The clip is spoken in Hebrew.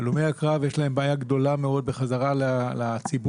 להלומי הקרב יש בעיה גדולה מאוד בחזרה לציבור,